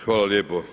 Hvala lijepo.